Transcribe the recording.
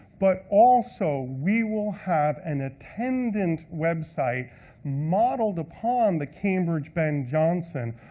but also we will have an attendant website modeled upon the cambridge ben jonson,